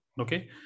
okay